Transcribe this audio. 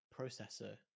processor